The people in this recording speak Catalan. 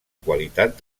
qualitat